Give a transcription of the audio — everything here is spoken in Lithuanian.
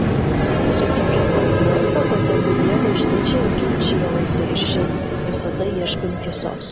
su tokia pat nuostata tebūnie bažnyčioje ginčijamasi ir šiandien visada ieškant tiesos